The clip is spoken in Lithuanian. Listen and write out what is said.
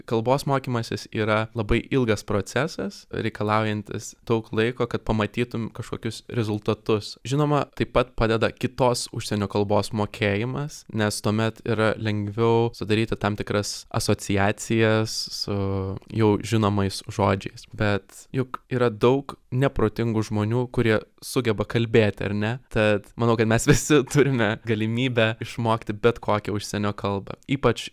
kalbos mokymasis yra labai ilgas procesas reikalaujantis daug laiko kad pamatytum kažkokius rezultatus žinoma taip pat padeda kitos užsienio kalbos mokėjimas nes tuomet yra lengviau sudaryti tam tikras asociacijas su jau žinomais žodžiais bet juk yra daug neprotingų žmonių kurie sugeba kalbėti ar ne tad manau kad mes visi turime galimybę išmokti bet kokią užsienio kalbą ypač